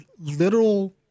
literal